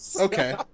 Okay